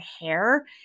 hair